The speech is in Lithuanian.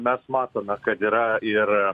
mes matome kad yra ir